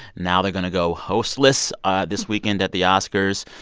now they're going to go hostless ah this weekend at the oscars,